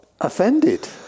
offended